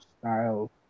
style